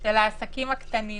של העסקים הקטנים